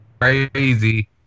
crazy